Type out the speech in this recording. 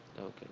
Okay